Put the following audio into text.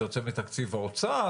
זה יוצא מתקציב האוצר?